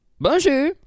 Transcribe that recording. Bonjour